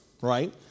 right